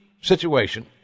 situation